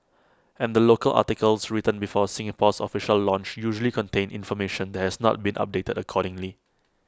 and the local articles written before Singapore's official launch usually contain information that has not been updated accordingly